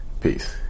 Peace